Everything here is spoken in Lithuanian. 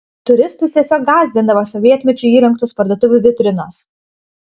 turistus tiesiog gąsdindavo sovietmečiu įrengtos parduotuvių vitrinos